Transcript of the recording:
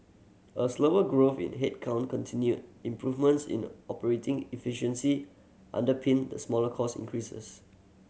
a slower growth in headcount continued improvements in the operating efficiency underpinned the smaller cost increases